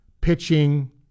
pitching